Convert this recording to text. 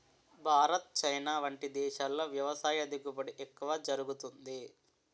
Bharat, China వంటి దేశాల్లో వ్యవసాయ దిగుబడి ఎక్కువ జరుగుతుంది